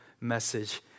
message